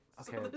Okay